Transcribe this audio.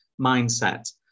mindset